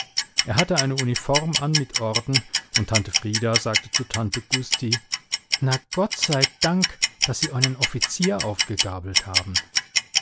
er hatte eine uniform an mit orden und tante frieda sagte zu tante gusti na gott sei dank daß sie einen offizier aufgegabelt haben